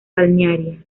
balnearia